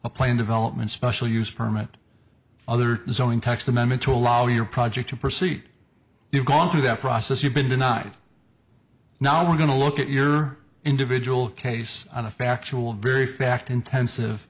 the plane development special use permit other towing text amendment to allow your project to proceed you've gone through that process you've been denied now we're going to look at your individual case on a factual very fact intensive